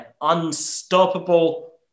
unstoppable